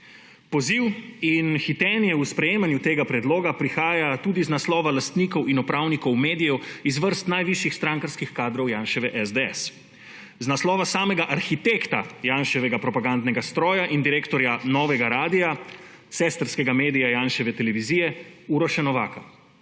Poziv in hitenje v sprejemanju tega predloga prihaja tudi z naslova lastnikov in upravnikov medijev iz vrst najvišjih strankarskih kadrov Janševe SDS. Z naslova samega arhitekta Janševega propagandnega stroja in direktorja novega radia, sestrskega medija Janševe televizije, Uroša Novaka.